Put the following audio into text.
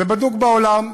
זה בדוק בעולם,